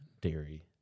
dairy